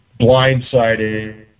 blindsided